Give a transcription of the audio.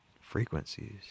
frequencies